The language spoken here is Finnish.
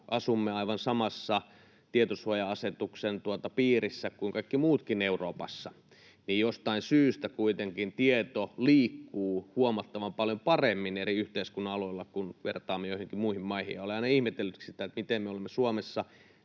asumme aivan saman tietosuoja-asetuksen piirissä kuin kaikki muutkin Euroopassa, niin jostain syystä kuitenkin tieto liikkuu huomattavan paljon paremmin eri yhteiskunnan aloilla, kun vertaamme joihinkin muihin maihin. Olen aina ihmetellytkin sitä, miten me olemme Suomessa